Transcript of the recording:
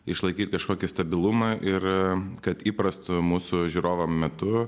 išlaikyt kažkokį stabilumą ir kad įprastu mūsų žiūrovam metu